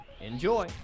Enjoy